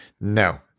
No